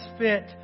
fit